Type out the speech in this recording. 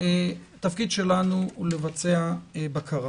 התפקיד שלנו הוא לבצע בקרה